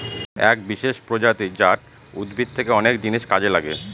এক বিশেষ প্রজাতি জাট উদ্ভিদ থেকে অনেক জিনিস কাজে লাগে